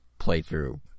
playthrough